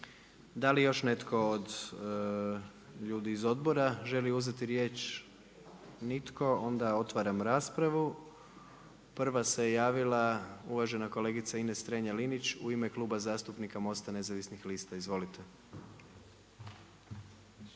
Da li još netko od ljudi iz odbora želi uzeti riječ? Nitko. Onda otvara raspravu. Prva se javila uvažena kolegica Ines Strenja-Linić u ime Kluba zastupnika MOST-a. Izvolite.